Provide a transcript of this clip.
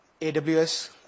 AWS